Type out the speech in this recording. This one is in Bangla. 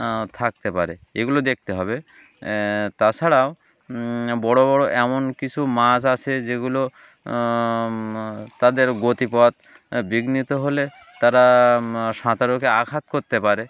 থাকতে পারে এগুলো দেখতে হবে তাছাড়াও বড়ো বড়ো এমন কিছু মাছ আছে যেগুলো তাদের গতিপথ বিঘ্নিত হলে তারা সাঁতারুকে আঘাত করতে পারে